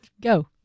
Go